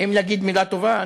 אם להגיד מילה טובה,